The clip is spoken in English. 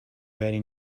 very